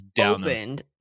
opened